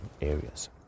areas